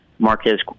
Marquez